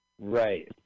Right